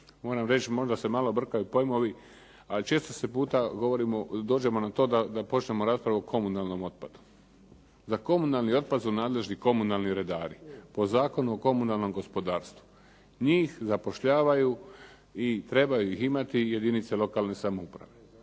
moram reći, možda se malo brkaju pojmovi, ali često puta dođemo na to da počnemo raspravu o komunalnom otpadu. Za komunalni otpad su nadležni komunalni redari po Zakonu o komunalnom gospodarstvu. Njih zapošljavaju i trebaju ih imati jedinice lokalne samouprave.